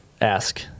ask